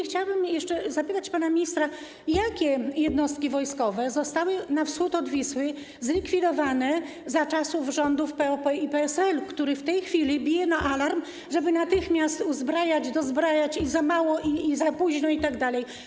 Chciałabym jeszcze zapytać pana ministra, jakie jednostki wojskowe na wschód od Wisły zostały zlikwidowane za czasów rządów PO i PSL-u, którzy w tej chwili biją na alarm, żeby natychmiast uzbrajać, dozbrajać, że za mało, za późno itd.